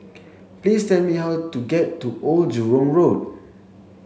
please tell me how to get to Old Jurong Road